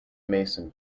mason